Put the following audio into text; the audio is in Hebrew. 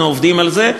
אנחנו עובדים על זה,